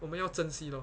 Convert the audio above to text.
我们要珍惜 lor